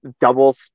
double